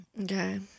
Okay